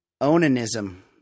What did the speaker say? Onanism